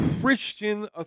Christian